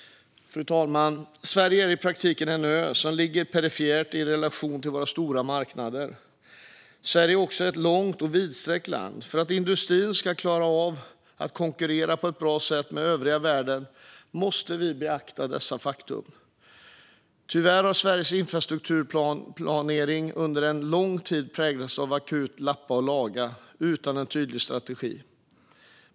Fru talman! Sverige är i praktiken en ö som ligger perifert i relation till våra stora marknader. Sverige är också ett långt och vidsträckt land. För att industrin ska klara av att konkurrera på ett bra sätt med övriga världen måste vi beakta dessa fakta. Tyvärr har Sveriges infrastrukturplanering under en lång tid präglats av ett akut lappande och lagande utan en tydlig strategi.